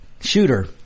shooter